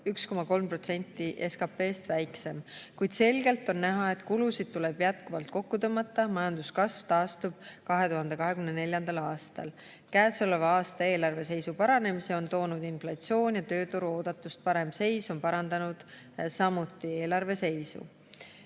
1,3% SKP-st väiksem. Kuid selgelt on näha, et kulusid tuleb jätkuvalt kokku tõmmata. Majanduskasv taastub 2024. aastal. Käesoleva aasta eelarve seisu paranemise on toonud inflatsioon, samuti on eelarve seisu parandanud tööturu